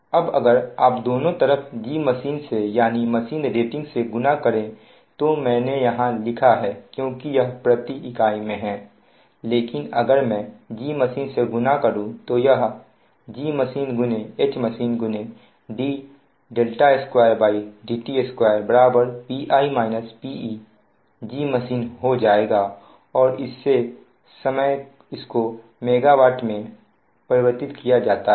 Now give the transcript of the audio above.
अब अगर आप दोनों तरफ Gmachine से यानी मशीन रेटिंग से गुना करें तो मैंने यहां लिखा है क्योंकि यह प्रति इकाई में है लेकिन अगर मैं Gmachine से गुना करूं तो यह Gmachine Hmachine d2dt2 Pi -PeGmachine हो जाएगा और इसे समय उसको MW में परिवर्तित किया जाता है